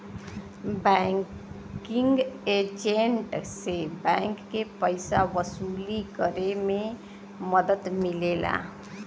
banking agent से bank के पइसा वसूली करे में मदद मिलेला